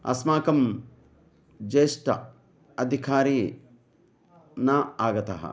अस्माकं ज्येष्ठः अधिकारी न आगतः